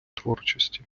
творчості